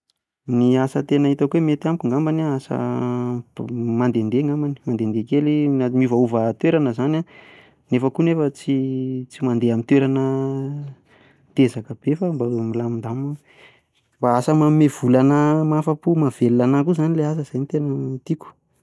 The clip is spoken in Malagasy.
Ny asa tena hitako hoe mety amiko angambany an asa mandende angambany, miovaova toerana izany an, nefa koa anefa tsy mandeha amin'ny toerana dezaka be fa mba milamindamina, mba asa manome vola an'ahy mahafapo, mahavelona an'ahy koa izany ilah asa e, izay no tena tiako.